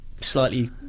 slightly